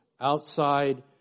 outside